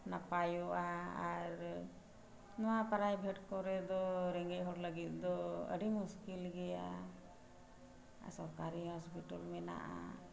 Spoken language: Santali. ᱱᱟᱯᱟᱭᱚᱜᱼᱟ ᱟᱨ ᱱᱚᱣᱟ ᱠᱚᱨᱮ ᱫᱚ ᱨᱮᱸᱜᱮᱡ ᱦᱚᱲ ᱞᱟᱹᱜᱤᱫ ᱫᱚ ᱟᱹᱰᱤ ᱢᱩᱥᱠᱤᱞ ᱜᱮᱭᱟ ᱥᱚᱨᱠᱟᱨᱤ ᱢᱮᱱᱟᱜᱼᱟ